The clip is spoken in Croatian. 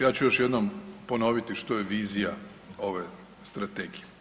Ja ću još jednom ponoviti što je vizija ove strategije.